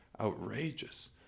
outrageous